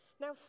Now